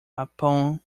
upon